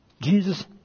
Jesus